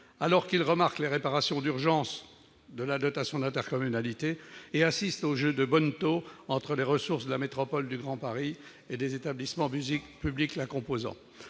alors qu'ils remarquent les réparations d'urgence de la dotation d'intercommunalité et assistent au jeu de bonneteau entre les ressources de la métropole du Grand Paris et les établissements publics la composant.